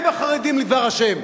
הם החרדים לדבר השם,